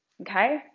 Okay